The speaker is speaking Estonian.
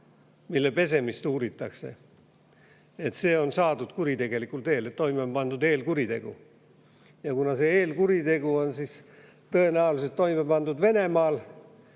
mille pesemist uuritakse, on saadud kuritegelikul teel, et toime on pandud eelkuritegu. Ja kuna see eelkuritegu on tõenäoliselt toime pandud Venemaal,